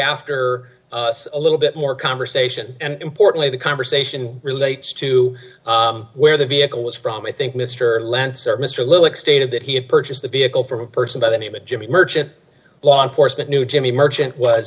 after a little bit more conversation and importantly the conversation relates to where the vehicle was from i think mr lance or mr lewis stated that he had purchased the vehicle from a person by the name of jimmy merchant law enforcement knew jimmy merchant was